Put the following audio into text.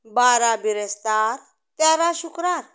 बारा बिरेस्तार तेरा शुक्रार